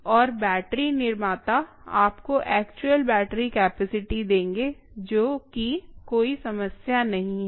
और बैटरी निर्माता आपको एक्चुअल बैटरी कैपेसिटी देंगे जो कि कोई समस्या नहीं है